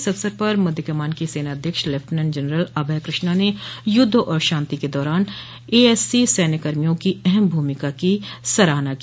इस अवसर पर मध्य कमान के सेनाध्यक्ष लेफ्टिनेंट जनरल अभय कृष्णा ने युद्ध और शांति के दौरान एएससी सैन्य कर्मियों की अहम भूमिका की सराहना की